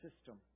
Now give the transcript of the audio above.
system